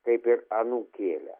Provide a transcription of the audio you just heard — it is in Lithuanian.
kaip ir anūkėlę